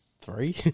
Three